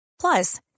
Plus